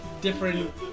different